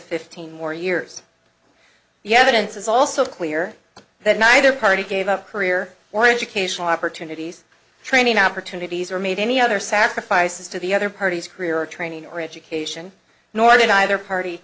fifteen more years yet it is also clear that neither party gave up career or educational opportunities training opportunities or made any other sacrifices to the other party's career or training or education nor did either party